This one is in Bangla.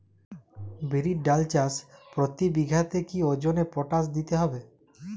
বিরির ডাল চাষ প্রতি বিঘাতে কি ওজনে পটাশ দিতে হবে?